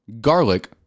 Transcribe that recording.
garlic